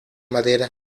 madera